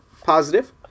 positive